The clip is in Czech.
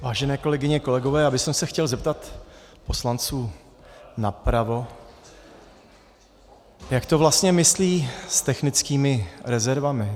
Vážené kolegyně, kolegové, já bych se chtěl zeptat poslanců napravo, jak to vlastně myslí s technickými rezervami.